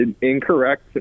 incorrect